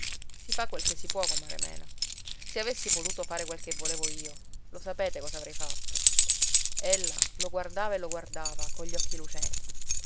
si fa quel che si può comare mena se avessi potuto fare quel che volevo io lo sapete cosa avrei fatto ella lo guardava e lo guardava cogli occhi lucenti